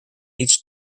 each